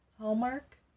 Hallmark